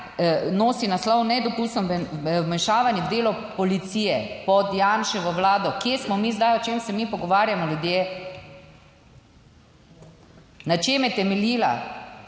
nosi naslov nedopustno vmešavanje v delo policije pod Janševo vlado. Kje smo mi zdaj? O čem se mi pogovarjamo, ljudje? Na čem je temeljila?